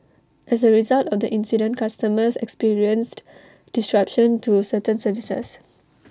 as A result of the incident customers experienced disruption to certain services